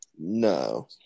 No